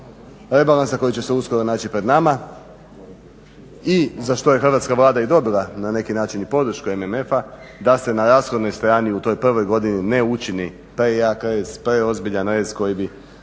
koji će se uskoro naći pred nama i za što je hrvatska Vlada i dobila na neki način i podršku MMF-a da se na rashodnoj strani u toj prvoj godini ne učini prejak rez, preozbiljan rez koji bi